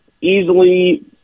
easily